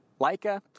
Leica